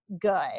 good